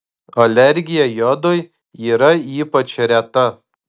alergija jodui yra ypač reta